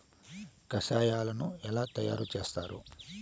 కషాయాలను ఎలా తయారు చేస్తారు?